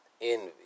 envy